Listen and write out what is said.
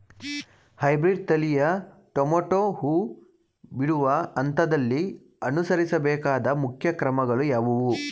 Hybrid ತಳಿಯ tomato ಹೂ ಬಿಡುವ ಹಂತದಲ್ಲಿ ಅನುಸರಿಸಬೇಕಾದ ಮುಖ್ಯ ಕ್ರಮಗಳು ಯಾವುವು?